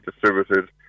distributed